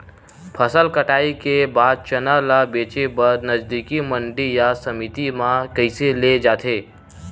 फसल कटाई के बाद चना ला बेचे बर नजदीकी मंडी या समिति मा कइसे ले जाथे?